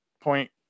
point